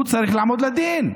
צריך לעמוד לדין.